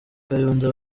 kayonza